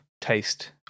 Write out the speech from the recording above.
taste